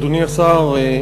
אדוני השר,